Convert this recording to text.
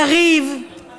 יריב, אויב.